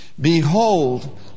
Behold